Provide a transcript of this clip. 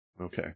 Okay